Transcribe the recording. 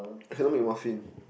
I cannot make muffin